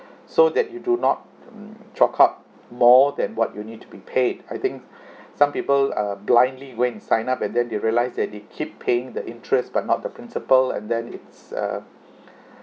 so that you do not mm chalk up more than what you need to be paid I think some people uh blindly go and sign up and then they realise that they keep paying the interest but not the principal and then it's uh